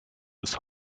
bis